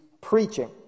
preaching